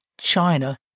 China